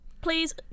Please